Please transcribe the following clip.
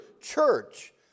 church